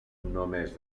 només